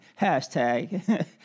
Hashtag